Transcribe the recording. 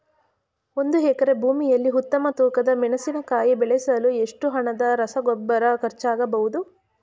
ಒಂದು ಎಕರೆ ಭೂಮಿಯಲ್ಲಿ ಉತ್ತಮ ತೂಕದ ಮೆಣಸಿನಕಾಯಿ ಬೆಳೆಸಲು ಎಷ್ಟು ಹಣದ ರಸಗೊಬ್ಬರ ಖರ್ಚಾಗಬಹುದು?